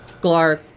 Glark